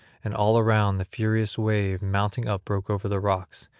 and all around the furious wave mounting up broke over the rocks,